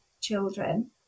children